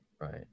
Right